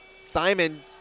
Simon